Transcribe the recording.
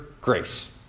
grace